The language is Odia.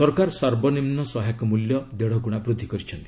ସରକାର ସର୍ବନିମ୍ନ ସହାୟକ ମୂଲ୍ୟ ଦେଢ଼ଗୁଣା ବୃଦ୍ଧି କରିଛନ୍ତି